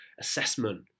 assessment